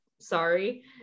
sorry